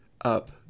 up